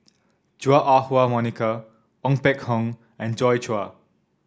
Chua Ah Huwa Monica Ong Peng Hock and Joi Chua